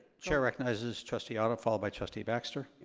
chair recognizes trustee otto followed by trustee baxter.